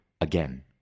again